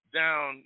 down